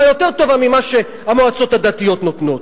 יותר טובה ממה שהמועצות הדתיות נותנות.